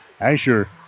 Asher